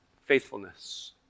faithfulness